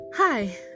Hi